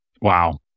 Wow